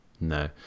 no